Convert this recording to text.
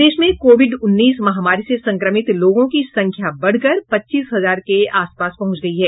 प्रदेश में कोविड उन्नीस महामारी से संक्रमित लोगों की संख्या बढ़कर पच्चीस हजार के आस पास पहुंच गयी है